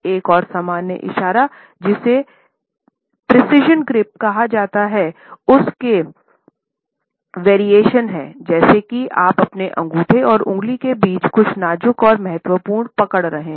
एक और सामान्य इशारा जिसे प्रिसिशन ग्रिप कहा जा सकता है और उस के वैरिएशन है जैसे कि आप अपने अंगूठे और उंगलियों के बीच कुछ नाज़ुक और महत्वपूर्ण पकड़ रहे हैं